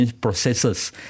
processes